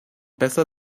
besser